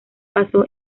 pasó